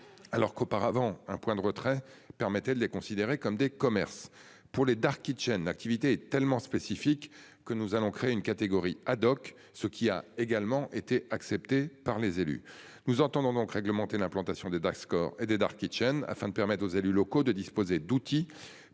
Alors qu'auparavant un point de retrait permettait de les considérer comme des commerces pour les Dark kitchens l'activité est tellement spécifique que nous allons créer une catégorie Haddock, ce qui a également été accepté par les élus. Nous entendons donc réglementer l'implantation des. D'accord et des Dark kitchens afin de permettre aux élus locaux de disposer d'outils